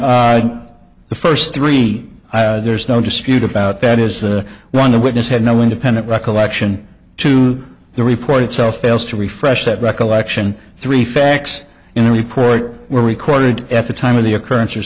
and the first three there's no dispute about that is the one the witness had no independent recollection to the report itself fails to refresh that recollection three facts in the report were recorded at the time of the occurrence